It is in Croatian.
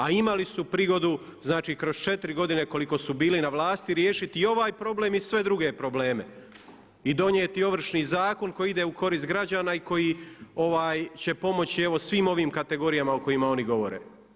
A imali su prigodu znači kroz 4 godine koliko su bili na vlasti riješiti ovaj problem i sve druge probleme i donijeti Ovršni zakon koji ide u korist građana i koji će pomoći evo svim ovim kategorijama o kojima oni govore.